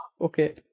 Okay